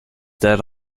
dead